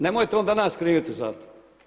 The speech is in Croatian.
Nemojte onda nas kriviti za to.